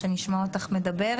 שהוא מדבר